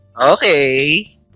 Okay